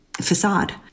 facade